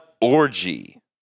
orgy